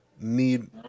need